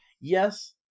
Yes